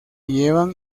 llevan